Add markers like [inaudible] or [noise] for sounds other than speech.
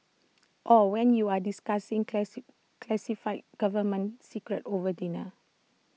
or when you're discussing [unintelligible] classified government secrets over dinner